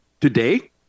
today